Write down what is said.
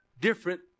different